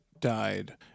died